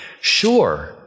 Sure